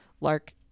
Lark